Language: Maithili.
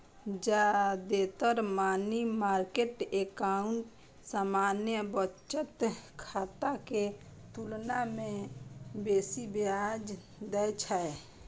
जादेतर मनी मार्केट एकाउंट सामान्य बचत खाता के तुलना मे बेसी ब्याज दै छै